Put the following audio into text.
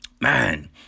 man